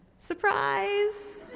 surprise,